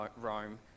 Rome